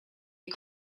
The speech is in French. est